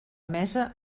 mesa